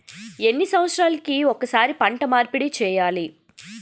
ఎన్ని సంవత్సరాలకి ఒక్కసారి పంట మార్పిడి చేయాలి?